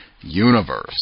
universe